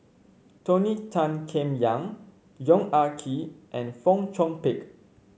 Tony Tan Keng Yam Yong Ah Kee and Fong Chong Pik